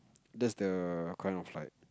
that's the kind of like